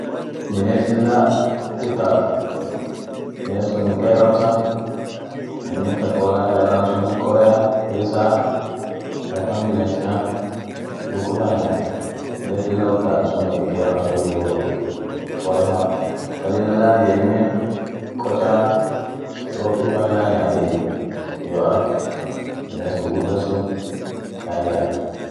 biness lilla utal biness sun qeramsa, aminen ka koola ka iran sunen qorea, rissa ka akan biness nyaat, luku fa nyaat, biness lila utal suniey, qeramsaf iyo qore fa, ka lila laan ijeminen, kochaa, ropifan laan yaatiey iyo arb, biness gugurdan sun laan ya.